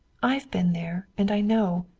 i've been there and i know.